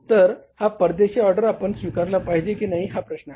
तर हा परदेशी ऑर्डर आपण स्वीकारला पाहिजे की नाही हा प्रश्न आहे